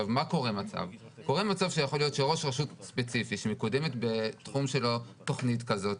קורה מצב שיכול להיות שראש רשות ספציפי שמקודמת בתחום שלו תוכנית כזאת,